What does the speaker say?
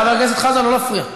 חבר הכנסת חזן, לא להפריע.